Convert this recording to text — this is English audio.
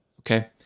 okay